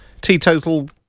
teetotal